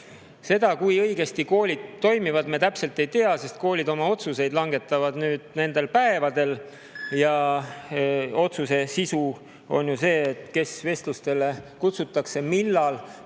Seda, kui õigesti koolid toimivad, me täpselt ei tea, sest koolid langetavad oma otsused nüüd nendel päevadel. Otsuse sisu on see, et kes vestlustele kutsutakse, millal